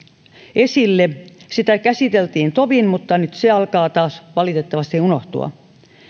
esille sitä käsiteltiin tovi mutta nyt se alkaa taas valitettavasti unohtua